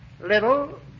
little